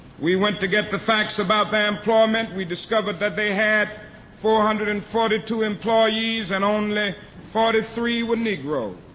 we went to get the facts about their employment we discovered that they had four hundred and forty two employees and only forty-three were negroes,